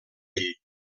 ell